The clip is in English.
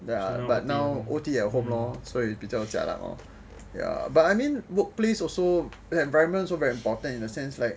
ya but now O_T at home lor 所以比较 jialat lor ya but I mean workplace also the environment are very important in the sense like